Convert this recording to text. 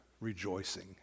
rejoicing